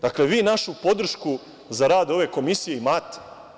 Dakle, vi našu podršku za rad ove komisije imate.